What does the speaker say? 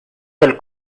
del